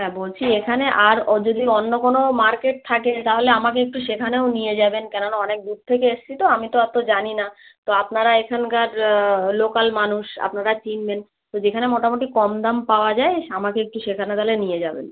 হ্যাঁ বলছি এখানে আর ও যদি অন্য কোনো মার্কেট থাকে তাহলে আমাকে একটু সেখানেও নিয়ে যাবেন কেননা অনেক দূর থেকে এসছি তো আমি তো এতো জানি না তো আপনারা এখানকার লোকাল মানুষ আপনারা চিনবেন যেখানে মোটামুটি কম দাম পাওয়া যায় আমাকে একটু সেখানে তালে নিয়ে যাবেন